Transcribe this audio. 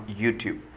YouTube